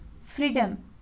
Freedom